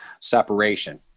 separation